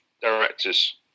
directors